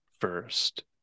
first